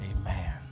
amen